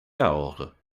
cahors